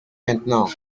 maintenant